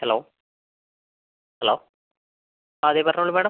hello hello അതെ പറഞ്ഞോളൂ madam